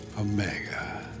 omega